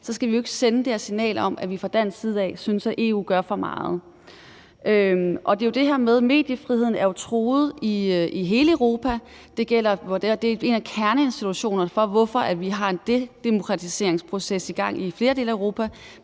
så skal vi jo ikke sende det her signal om, at vi fra dansk side af synes, at EU gør for meget. Det er jo det her med, at mediefriheden er truet i hele Europa, og medierne er en af kerneinstitutionerne, i forhold til hvorfor vi har en dedemokratiseringsproces i gang i flere dele af Europa,